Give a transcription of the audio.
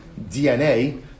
DNA